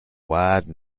wide